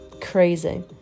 crazy